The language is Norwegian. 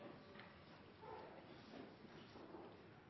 de får gjort en